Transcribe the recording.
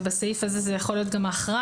ובסעיף הזה זה יכול להיות גם האחראי,